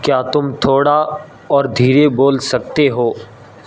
کیا تم تھوڑا اور دھیرے بول سکتے ہو